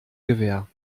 gewähr